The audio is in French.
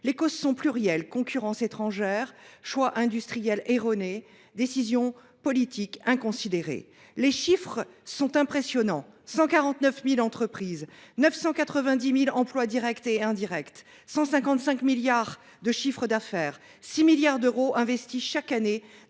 Les causes sont plurielles. Concurrence étrangère, choix industriel erroné, décision politique inconsidérée. Les chiffres sont impressionnants. 149 000 entreprises, 990 000 emplois directs et indirects, 155 milliards de chiffres d'affaires, 6 milliards d'euros investis chaque année